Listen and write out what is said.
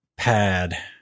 Pad